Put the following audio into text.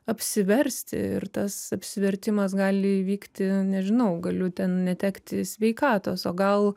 apsiversti ir tas apsivertimas gali įvykti nežinau galiu ten netekti sveikatos o gal